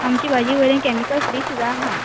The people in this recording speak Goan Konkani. आमची भाजी केमीकल फ्री सुद्दां आहा